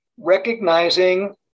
recognizing